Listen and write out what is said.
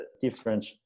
different